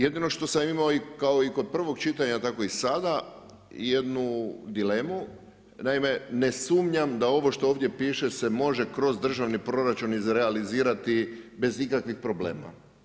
Jedino što sam imao kao i kod prvog čitanja tako i sada jednu dilemu, naime ne sumnjam da ovo što ovdje piše se može kroz državni proračun izrealizirati bez ikakvih problema.